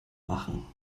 machen